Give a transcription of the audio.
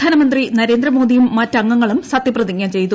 പ്രധാനമന്ത്രി നരേന്ദ്രമോദിയും മറ്റ് അംഗങ്ങളും സത്യപ്രതിജ്ഞ ചെയ്തു